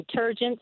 detergents